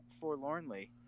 forlornly